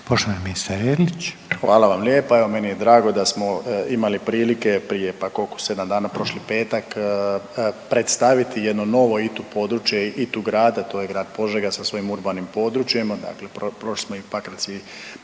**Erlić, Šime (HDZ)** Hvala vam lijepa. Evo meni je drago da smo imali prilike prije pa koliko 7 dana, prošli petak predstaviti jedno novo ITU područje, ITU grad a to je grad Požega sa svojim urbanim područjem.